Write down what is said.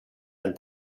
and